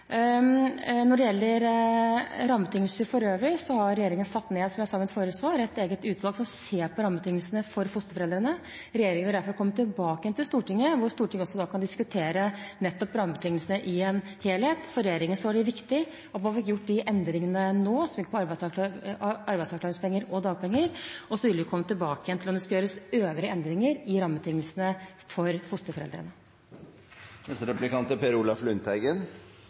Når det gjelder rammebetingelser for øvrig, har regjeringen satt ned – som jeg sa i mitt forrige svar – et eget utvalg som skal se på rammebetingelsene for fosterforeldrene. Regjeringen vil derfor komme tilbake til Stortinget, slik at Stortinget kan diskutere rammebetingelsene i en helhet. For regjeringen var det viktig at man fikk gjort de endringene som gikk på arbeidsavklaringspenger og dagpenger, nå, og så vil vi komme tilbake igjen til om det skal gjøres øvrige endringer i rammebetingelsene for fosterforeldrene. Høyre er